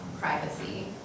privacy